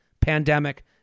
pandemic